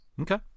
Okay